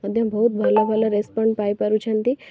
ମଧ୍ୟ ବହୁତ ଭଲ ଭଲ ରେସପଣ୍ଡ୍ ପାଇପାରୁଛନ୍ତି